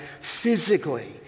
physically